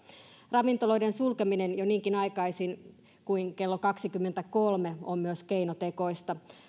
ravintoloiden sulkeminen jo niinkin aikaisin kuin kello kaksikymmentäkolme on myös keinotekoista